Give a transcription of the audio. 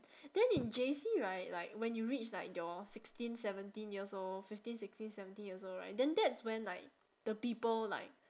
then in J_C right like when you reach like your sixteen seventeen years old fifteen sixteen seventeen years old right then that's when like the people like